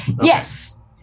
yes